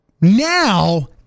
Now